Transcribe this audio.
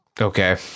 Okay